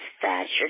fashion